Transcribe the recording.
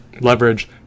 Leverage